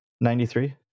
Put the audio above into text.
Ninety-three